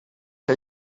que